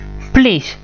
please